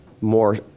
more